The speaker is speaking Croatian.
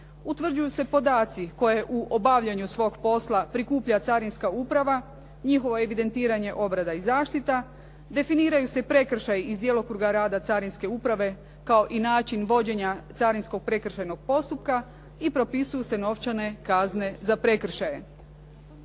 utvrđuju se podaci koje u obavljanju svog posla prikuplja carinska uprava, njihovo evidentiranje, obrada i zaštita, definiraju se prekršaji iz djelokruga rada carinske uprave kao i način vođenja carinskog prekršajnog postupka i propisuju se novčane kazne za prekršaje.